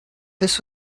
this